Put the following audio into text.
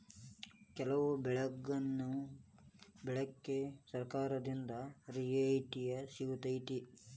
ಕೆಲವು ಬೆಳೆಗನ್ನಾ ಬೆಳ್ಯಾಕ ಸರ್ಕಾರದಿಂದ ರಿಯಾಯಿತಿ ಸಿಗತೈತಿ